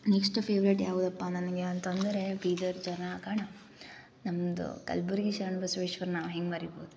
next favourite ಯಾವುದಪ್ಪ ನನಗೆ ಅಂತಂದರೆ ಬೀದರ್ ಜನಾಗಣ ನಮ್ಮದು ಕಲ್ಬುರ್ಗಿ ಶರಣ ಬಸವೇಶ್ವರ್ನ ಹೆಂಗೆ ಮರಿಬೋದು